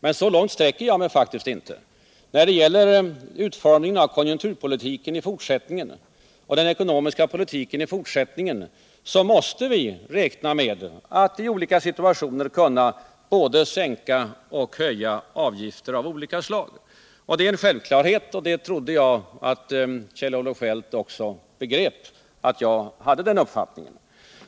Men så långt sträcker jag mig faktiskt inte. När det gäller utformningen av konjunkturpolitiken och den ekonomiska politiken i fortsättningen måste vi räkna med att i olika situationer kunna både höja och sänka avgifter av olika slag. Det är en självklarhet, och jag trodde att Kjell-Olof Feldt också begrep att jag hade den uppfattningen.